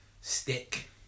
stick